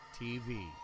TV